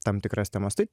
tam tikras temas tai